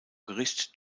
gericht